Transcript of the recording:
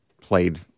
played